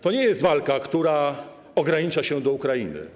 To nie jest walka, która ogranicza się do Ukrainy.